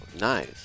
Nice